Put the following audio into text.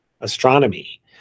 astronomy